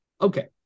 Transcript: Okay